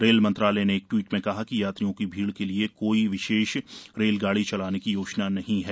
rail मंत्रालय ने एक टवीट में कहा कि यात्रियों की भीड़ के लिए कोई विशेष रेलगाड़ी चलाने की योजना नहीं है